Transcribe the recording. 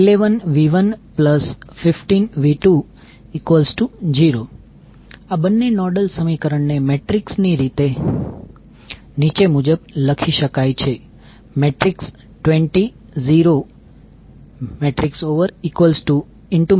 11V115V20 આ બંને nodal સમીકરણ ને મેટ્રિક્સ ની રીતે નીચે મુજબ લખી શકાય છે 20 0 1j1